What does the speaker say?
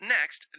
Next